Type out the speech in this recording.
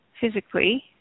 physically